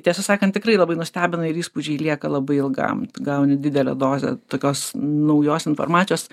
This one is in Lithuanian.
tiesą sakant tikrai labai nustebina ir įspūdžiai lieka labai ilgam gauni didelę dozę tokios naujos informacijos